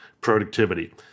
productivity